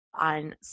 on